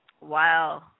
Wow